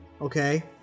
Okay